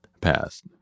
passed